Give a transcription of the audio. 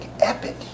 epic